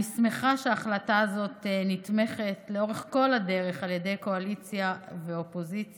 אני שמחה שההחלטה הזאת נתמכת לאורך כל הדרך על ידי קואליציה ואופוזיציה.